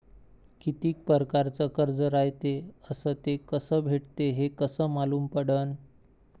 कितीक परकारचं कर्ज रायते अस ते कस भेटते, हे कस मालूम पडनं?